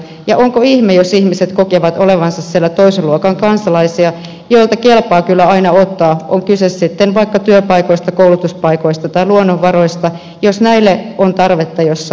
ja onko ihme jos ihmiset kokevat olevansa siellä toisen luokan kansalaisia joilta kelpaa kyllä aina ottaa on kyse sitten vaikka työpaikoista koulutuspaikoista tai luonnonvaroista jos niille on tarvetta jossain muualla